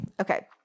Okay